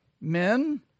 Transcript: men